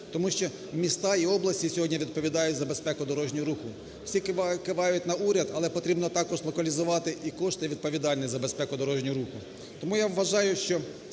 тому що міста і області сьогодні відповідають за безпеку дорожнього руху. Всі кивають на уряд, але потрібно також локалізувати і кошти, і відповідальність за безпеку дорожнього руху. Тому я вважаю, що